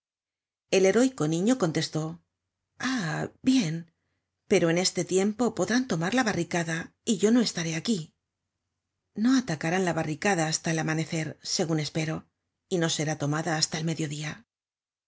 book search generated at ah bien pero en este tiempo podrán tomar la barricada y yo no estaré aquí no atacarán la barricada hasta el amanecer segun espero y no será tomada hasta el mediodia